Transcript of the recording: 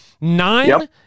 Nine